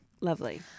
Lovely